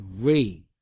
three